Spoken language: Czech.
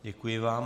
Děkuji vám.